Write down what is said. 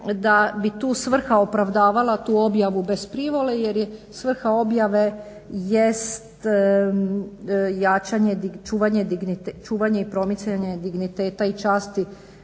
da bi tu svrha opravdavala tu objavu bez privole jer svrha objave jest jačanje, čuvanje i promicanje digniteta i časti